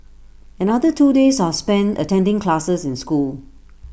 another two days are spent attending classes in school